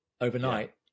overnight